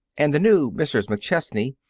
and the new mrs. mcchesney,